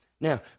Now